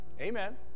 Amen